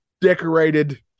decorated